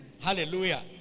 hallelujah